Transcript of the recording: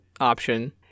option